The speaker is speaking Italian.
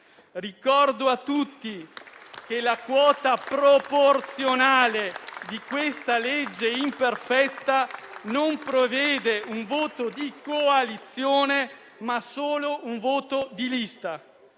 Rammento a tutti che la quota proporzionale di questa legge imperfetta non prevede un voto di coalizione, ma solo un voto di lista